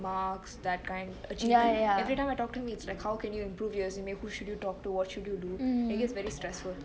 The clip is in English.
marks that kind achievement everytime I talk to him he's like how can you improve your resume who should you talk to what can you do and it gets really stressful